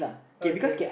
okay